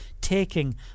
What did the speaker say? taking